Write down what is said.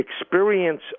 experience